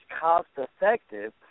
cost-effective